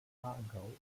aargau